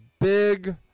big